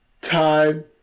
time